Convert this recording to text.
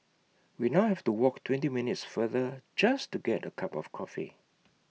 we now have to walk twenty minutes farther just to get A cup of coffee